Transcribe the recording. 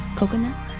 coconut